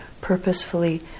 purposefully